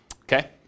okay